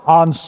on